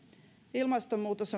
ilmastonmuutos